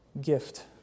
gift